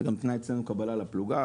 זה גם אצלנו בפלוגה תנאי לקבלה,